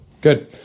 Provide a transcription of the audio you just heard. good